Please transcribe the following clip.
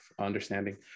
understanding